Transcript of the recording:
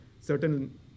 certain